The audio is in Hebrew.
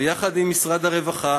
ויחד עם משרד הרווחה